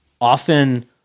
often